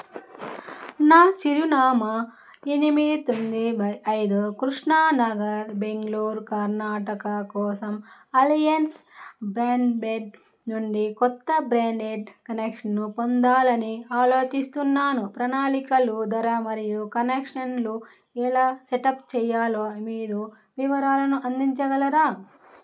నా చిరునామా ఎనిమిది తొమ్మిది బై ఐదు కృష్ణా నగర్ బెంగళూరు కర్ణాటక కోసం అలయన్స్ బ్రాడ్బ్యాండ్ నుండి కొత్త బ్రాడ్బ్యాండ్ కనెక్షను పొందాలని ఆలోచిస్తున్నాను ప్రణాళికలు ధర మరియు కనెక్షన్లు ఎలా సెటప్ చెయ్యాలో మీరు వివరాలను అందించగలరా